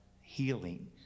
healing